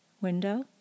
window